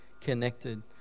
connected